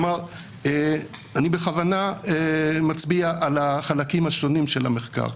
אני בכוונה מצביע על החלקים השונים של המחקר.